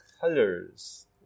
colors